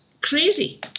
crazy